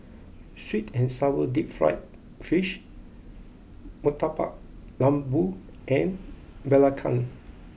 sweet and sour Deep Fried Fish Murtabak Lembu and Belacan